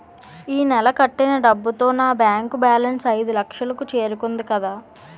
ఈ నెల కట్టిన డబ్బుతో నా బ్యాంకు బేలన్స్ ఐదులక్షలు కు చేరుకుంది కదా